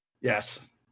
Yes